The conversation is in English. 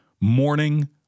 morning